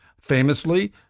famously